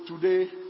today